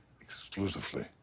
exclusively